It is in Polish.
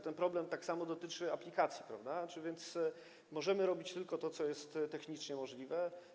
Ten problem tak samo dotyczy aplikacji, więc możemy robić tylko to, co jest technicznie możliwe.